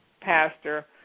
pastor